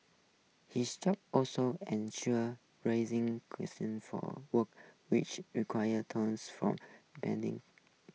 his job also ensure raising for works which required tenders from depending